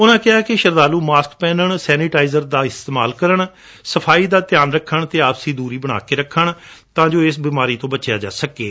ਉਨੂਾ ਕਿਹਾ ਕਿ ਸ਼ਰਧਾਲ ਮਾਸਕ ਪਹਿਨਣ ਸੈਨੇਟਾਈਜ਼ਰ ਦੀ ਵਰਤੋਂ ਸਫਾਈ ਦਾ ਧਿਆਨ ਰੱਖਣ ਅਤੇ ਆਪਸੀ ਦਰੀ ਬਣਾ ਕੇ ਰੱਖਣ ਤਾਂ ਜੋ ਇਸ ਬਿਮਾਰੀ ਤੋਂ ਬਚਿਆ ਜਾ ਸਕੇ